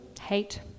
hate